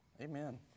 Amen